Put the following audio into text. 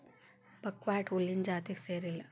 buckwheat ಹುಲ್ಲಿನ ಜಾತಿಗೆ ಸೇರಿಲ್ಲಾ